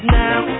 now